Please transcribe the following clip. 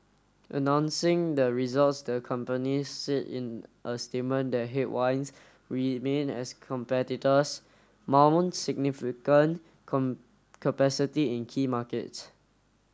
announcing the results the company said in a statement that headwinds remain as competitors mount significant come capacity in key markets